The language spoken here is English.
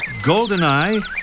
Goldeneye